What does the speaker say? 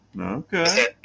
Okay